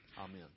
Amen